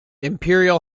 imperial